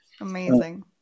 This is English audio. Amazing